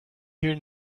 here